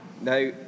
Now